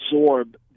absorb